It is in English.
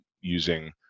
using